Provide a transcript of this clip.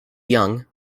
young